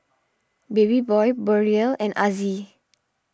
Babyboy Beryl and Azzie